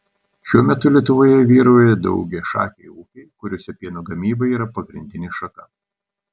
šiuo metu lietuvoje vyrauja daugiašakiai ūkiai kuriuose pieno gamyba yra pagrindinė šaka